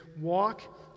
walk